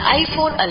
iPhone